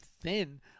thin